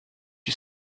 you